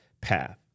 path